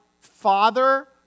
father